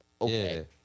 okay